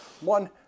one